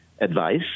advice